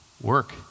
work